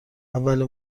اولین